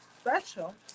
special